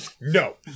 No